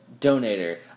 donator